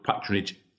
Patronage